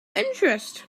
interest